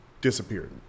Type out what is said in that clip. disappeared